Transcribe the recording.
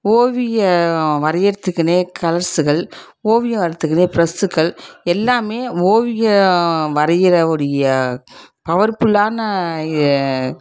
ஓவியம் வரையிறதுக்குனே கலர்ஸுகள் ஓவியம் வரையிறதுக்குனே ப்ரஸ்ஸுக்கள் எல்லாமே ஓவியம் வரைகிற உடைய பவர்புல்லான ஏ